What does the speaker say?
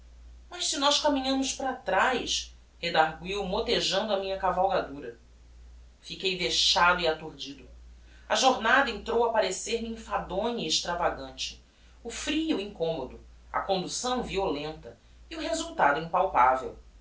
mas se nós caminhamos para traz redarguiu motejando a minha cavalgadura fiquei vexado e aturdido a jornada entrou a parecer me enfadonha e extravagante o frio incommodo a conducção violenta e o resultado impalpavel